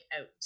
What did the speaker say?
out